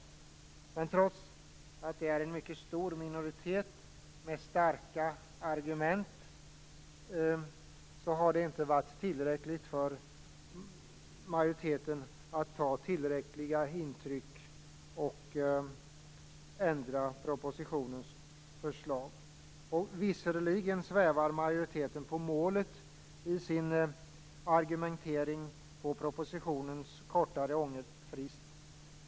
Trots att det finns en mycket stor minoritet med starka argument har detta inte gett tillräckligt intryck på majoriteten i utskottet. Propositionens förslag har inte ändrats. Visserligen svävar majoriteten på målet i sin argumentering för propositionens kortare ångerfrist.